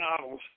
novels